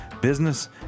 business